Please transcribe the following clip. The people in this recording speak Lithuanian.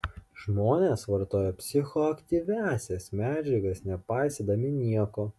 žmonės vartoja psichoaktyviąsias medžiagas nepaisydami nieko